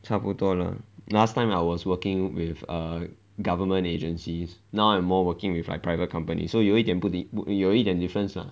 差不多 lah last time I was working with err government agencies now I'm more working with like private companies so 有一点不有一点 difference lah